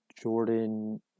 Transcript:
Jordan